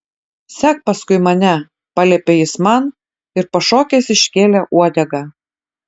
sek paskui mane paliepė jis man ir pašokęs iškėlė uodegą